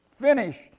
finished